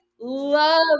love